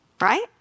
Right